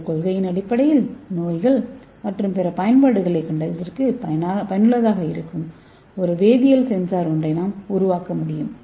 இந்த கொள்கையின் அடிப்படையில் நோய்கள் மற்றும் பிற பயன்பாடுகளைக் கண்டறிவதற்கு பயனுள்ளதாக இருக்கும் ஒரு வேதியியல் சென்சார் ஒன்றை நாம் உருவாக்க முடியும்